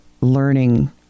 learning